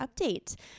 update